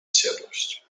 ciemność